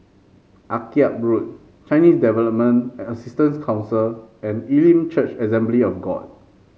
Akyab Road Chinese Development Assistance Council and Elim Church Assembly of God